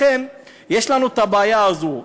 לכן יש לנו הבעיה הזאת.